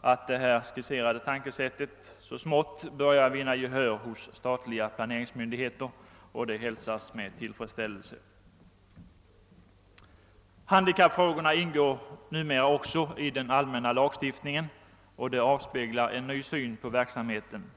att det här skisserade tänkesättet så smått börjar vinna gehör hos statliga planeringsmyndigheter, och det hälsas med tillfredsställelse. Handikappfrågor ingår numera också i den allmänna lagstiftningen, och det avspeglar en ny syn på verksamheten.